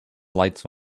lights